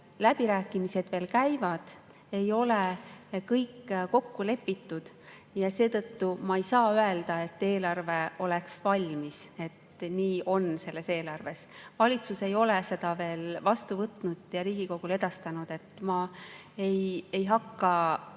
läbirääkimised veel käivad, ei ole kõik kokku lepitud. Seetõttu ma ei saa öelda, et eelarve on valmis, et selles eelarves on nii. Valitsus ei ole seda veel vastu võtnud ja Riigikogule edastanud. Ma ei hakka